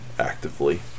Actively